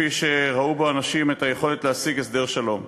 כפי שראו בו אנשים את היכולת להשיג הסדר שלום.